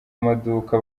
amaduka